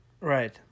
Right